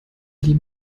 die